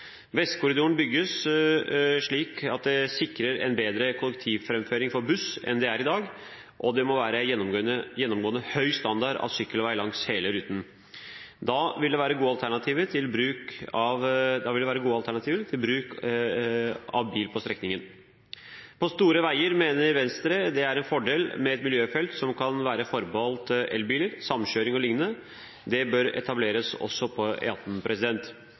Vestkorridoren bygges slik at det sikrer en bedre kollektivframføring for buss enn det det er i dag, og det må være gjennomgående høy standard av sykkelvei langs hele ruten. Da vil det være gode alternativer til bruk av bil på strekningen. På store veier mener Venstre at det er en fordel med et miljøfelt som kan være forbeholdt elbiler, samkjøring o.l., og det bør etableres også på